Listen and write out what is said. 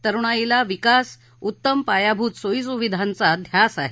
तरुणाईला विकास उत्तम पायाभूत सोयीसुविधांचा ध्यास आहे